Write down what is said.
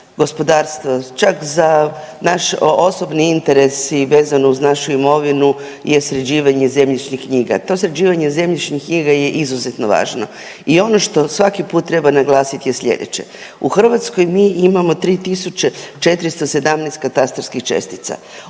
gospodarstva, čak za naš osobni interes i vezano uz našu imovinu je sređivanje zemljišnih knjiga. To sređivanje zemljišnih knjiga je izuzetno važno. I ono što svaki put treba naglasiti je slijedeće. U Hrvatskoj mi imamo 3.417 katastarskih čestica